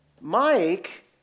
Mike